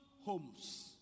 homes